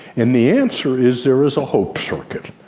and the answer is there is a hope circuit.